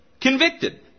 convicted